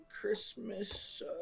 Christmas